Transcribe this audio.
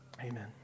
Amen